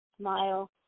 smile